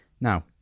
Now